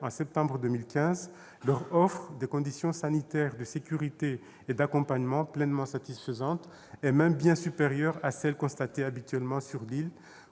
en septembre 2015, leur offre des conditions sanitaires, de sécurité et d'accompagnement pleinement satisfaisantes, bien supérieures, même, à celles constatées habituellement sur l'île,